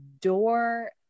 door